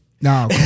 No